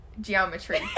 Geometry